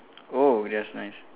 oh that's nice